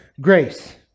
grace